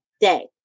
day